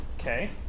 Okay